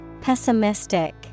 Pessimistic